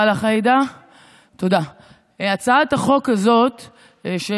מאוד, תודה רבה לחברת הכנסת עאידה תומא